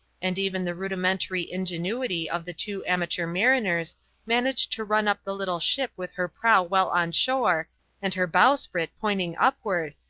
and even the rudimentary ingenuity of the two amateur mariners managed to run up the little ship with her prow well on shore and her bowsprit pointing upward,